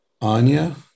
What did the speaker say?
Anya